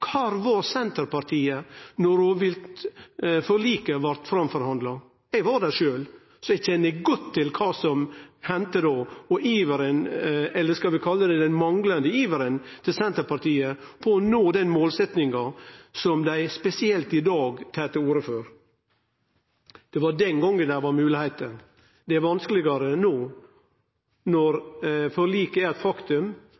var Senterpartiet då rovviltforliket blei framforhandla? Eg var der sjølv, så eg kjenner godt til kva som hende då, og iveren – eller skal vi kalle det den manglande iveren – til Senterpartiet etter å nå den målsetjinga som dei spesielt i dag tar til orde for. Det var den gongen det var moglegheiter. Det er